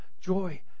joy